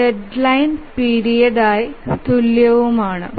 deadline period ആയി തുല്യവുമാണ്